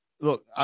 Look